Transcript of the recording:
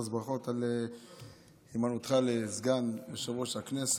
אז ברכות על התמנותך לסגן יושב-ראש הכנסת.